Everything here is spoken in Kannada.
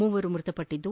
ಮೂವರು ಮೃತಪಟ್ಟದ್ದು